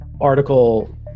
article